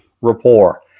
rapport